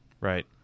right